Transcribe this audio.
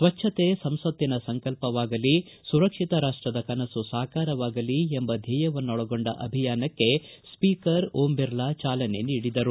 ಸ್ವಚ್ದತೆ ಸಂಸತ್ತಿನ ಸಂಕಲ್ಪವಾಗಲಿ ಸುರಕ್ಷಿತ ರಾಷ್ಟದ ಕನಸು ಸಾಕಾರವಾಗಲಿ ಎಂಬ ಧ್ವೇಯವನ್ನೊಳಗೊಂಡ ಅಭಿಯಾನಕ್ಕೆ ಸ್ವೀಕರ್ ಓಂ ಬಿರ್ಲಾ ಚಾಲನೆ ನೀಡಿದರು